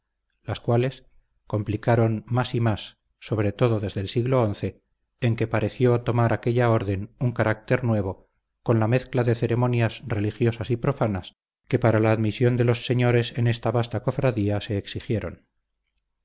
las cuales complicaron más y más sobre todo desde el siglo xi en que pareció tomar aquella orden un carácter nuevo con la mezcla de ceremonias religiosas y profanas que para la admisión de los señores en esta vasta cofradía se exigieron